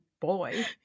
boy